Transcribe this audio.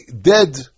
dead